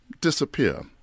Disappear